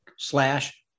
Slash